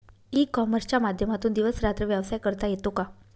E कॉमर्सच्या माध्यमातून दिवस रात्र व्यवसाय करता येतो का?